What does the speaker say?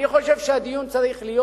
אני חושב שהדיון צריך להיות